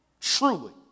Truly